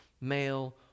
male